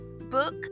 book